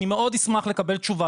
אני מאוד אשמח לקבל תשובה.